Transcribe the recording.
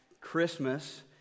Christmas